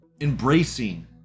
embracing